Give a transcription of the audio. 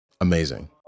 Amazing